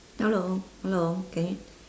hello hello can yo~